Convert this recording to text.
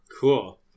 Cool